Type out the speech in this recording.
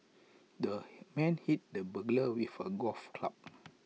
the man hit the burglar with A golf club